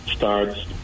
Starts